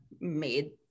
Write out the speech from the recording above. made